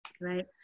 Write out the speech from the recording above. right